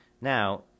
Now